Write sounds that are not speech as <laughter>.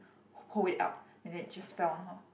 <breath> hold it up and then it just fell on her